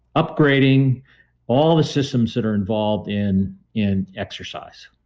upgrading all the systems that are involved in in exercise